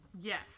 Yes